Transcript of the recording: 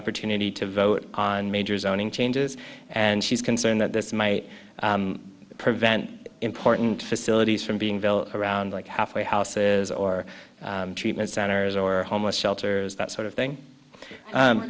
opportunity to vote on major zoning changes and she's concerned that this may prevent important facilities from being built around like halfway houses or treatment centers or homeless shelters that sort of thing